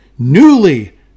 newly